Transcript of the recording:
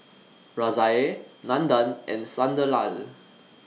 Razia Nandan and Sunderlal